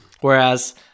Whereas